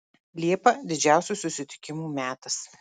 liepa didžiausių susitikimų metas